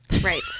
Right